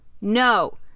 No